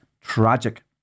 tragic